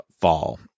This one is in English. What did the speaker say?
fall